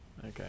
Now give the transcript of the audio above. Okay